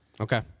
Okay